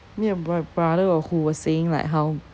me and my brother or who was saying like how